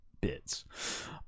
bits